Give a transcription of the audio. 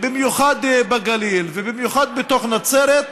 במיוחד בגליל ובמיוחד בתוך נצרת,